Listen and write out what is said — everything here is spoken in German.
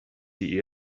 die